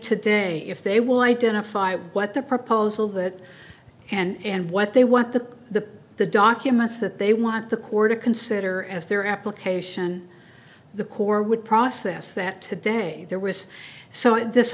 today if they will identify what the proposal that and what they what the the documents that they want the core to consider as their application the core would process that today there was so it this